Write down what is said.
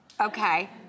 Okay